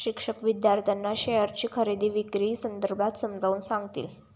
शिक्षक विद्यार्थ्यांना शेअरची खरेदी विक्री संदर्भात समजावून सांगतील